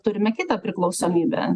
turime kitą priklausomybę